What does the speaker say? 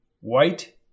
White